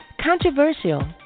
Controversial